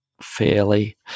fairly